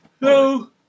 No